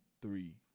Three